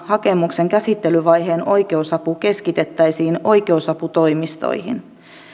hakemuksen käsittelyvaiheen oikeusapu keskitettäisiin oikeusaputoimistoihin